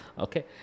okay